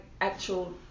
actual